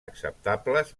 acceptables